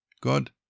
God